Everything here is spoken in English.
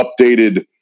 updated